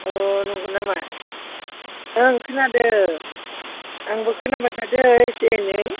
अ नंगौ नामा ओं खोनादों आंबो खोनाबाय थादों एसे एनै